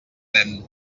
nen